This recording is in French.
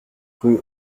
rue